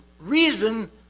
reason